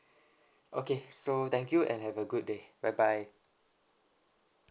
okay so thank you and have a good day bye bye